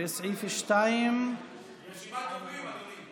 וסעיף 2, רשימת דוברים, אדוני.